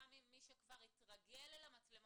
גם אם מישהו כבר התרגל למצלמות,